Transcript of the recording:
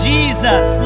Jesus